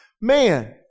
Man